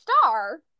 star